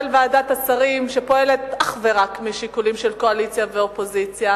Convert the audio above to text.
של ועדת השרים שפועלת אך ורק משיקולים של קואליציה ואופוזיציה,